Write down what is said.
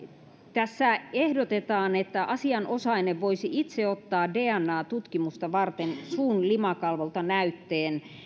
tässä ehdotetaan että asianosainen voisi itse ottaa dna tutkimusta varten suun limakalvolta näytteen